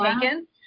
taken